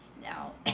Now